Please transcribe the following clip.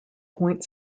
point